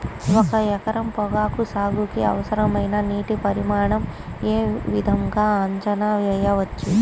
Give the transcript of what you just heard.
ఒక ఎకరం పొగాకు సాగుకి అవసరమైన నీటి పరిమాణం యే విధంగా అంచనా వేయవచ్చు?